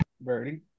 Birdie